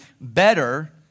better